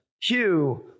Hugh